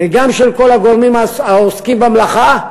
וגם של כל הגורמים העוסקים במלאכה.